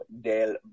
del